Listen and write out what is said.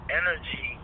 energy